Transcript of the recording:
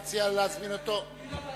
בשביל זה צריך להיות מדינת הלכה?